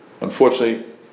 unfortunately